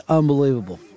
unbelievable